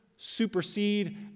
supersede